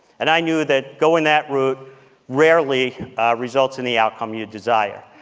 and i knew that going that route rarely results in the outcome you desire.